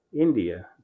India